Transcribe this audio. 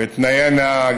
תנאי הנהג,